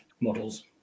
models